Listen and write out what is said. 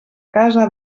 casa